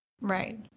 Right